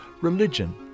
Religion